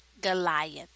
Goliath